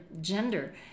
gender